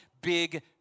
big